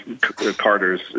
carters